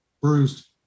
bruised